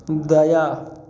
दया